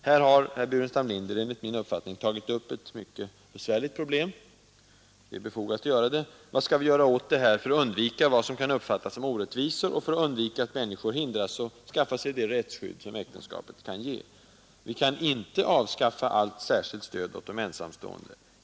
Här har herr Burenstam Linder enligt min uppfattning tagit upp ett mycket besvärligt problem, och det är befogat att göra det. Vad skall vi göra för att undvika vad som kan uppfattas som orättvisor och för att undvika att människor hindras att skaffa sig det rättsskydd som äktenskapet kan ge? Vi kan inte avskaffa allt särskilt stöd åt de ensamstående.